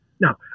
Now